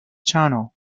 channel